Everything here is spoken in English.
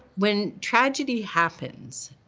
when tragedy happens,